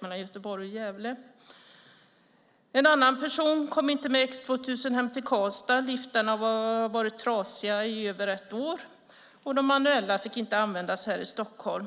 mellan Göteborg och Gävle direkt med färdtjänst. En annan person kom inte med X 2000 hem till Karlstad. Liftarna har varit trasiga i över ett år, och de manuella fick inte användas här i Stockholm.